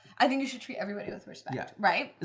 i think you should treat everybody with respect yeah right?